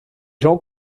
gens